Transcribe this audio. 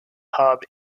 hub